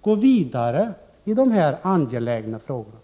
gå vidare i dessa angelägna frågor?